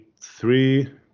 three